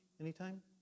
Anytime